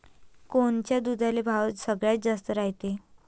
कोनच्या दुधाले भाव सगळ्यात जास्त रायते?